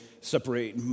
separate